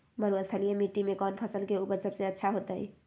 मरुस्थलीय मिट्टी मैं कौन फसल के उपज सबसे अच्छा होतय?